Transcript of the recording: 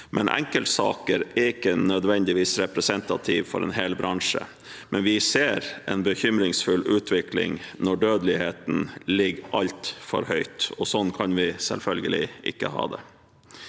Enkeltsakene er ikke nødvendigvis representative for en hel bransje. men vi ser en bekymringsfull utvikling når dødeligheten ligger altfor høyt, og sånn kan vi selvfølgelig ikke ha det.